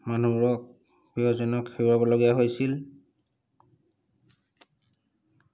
মানুহবোৰক প্ৰিয়জনক হেৰুৱাব লগা হৈছিল